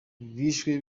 bishwe